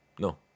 No